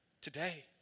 today